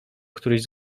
któryś